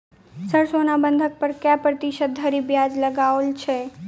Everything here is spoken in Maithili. सर सोना बंधक पर कऽ प्रतिशत धरि ब्याज लगाओल छैय?